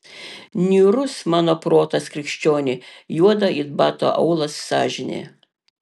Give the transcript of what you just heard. niūrus mano protas krikščioni juoda it bato aulas sąžinė